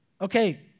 okay